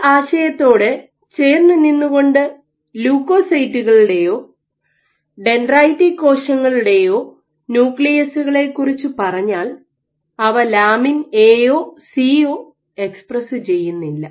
ഈ ആശയത്തോട് ചേർന്നുനിന്നുകൊണ്ട് ല്യൂക്കോസൈറ്റുകളുടെയോ ഡെൻഡ്രൈറ്റിക്ക് കോശങ്ങളുടെയോ ന്യൂക്ലിയുസുകളെകുറിച്ച് പറഞ്ഞാൽ അവ ലാമിൻ എ യോ സിയോ LaminAC എക്സ്പ്രസ്സ് ചെയ്യുന്നില്ല